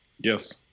Yes